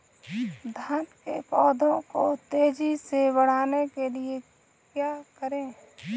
धान के पौधे को तेजी से बढ़ाने के लिए क्या करें?